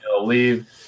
leave